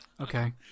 Okay